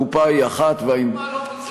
כי הקופה היא אחת --- זו דוגמה לא מוצלחת.